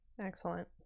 Excellent